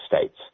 states